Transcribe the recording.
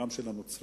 גם של הנוצרים,